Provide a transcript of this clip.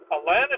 Atlanta